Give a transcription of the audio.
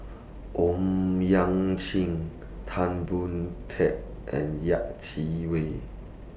Owyang Chi Tan Boon Teik and Yeh Chi Wei